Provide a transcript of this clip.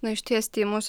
nu išties tymus